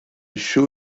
show